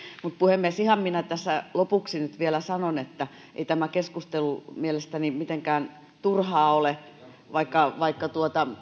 mutta puhemies ihan minä tässä lopuksi nyt vielä sanon että ei tämä keskustelu mielestäni mitenkään turhaa ole vaikka vaikka